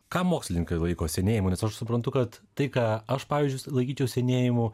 ką mokslininkai laiko senėjimu nes aš suprantu kad tai ką aš pavyzdžiui laikyčiau senėjimu